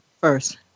first